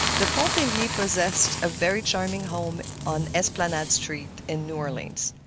the pontelliers possessed a very charming home on esplanade street in new orleans.